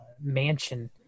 mansion